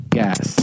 gas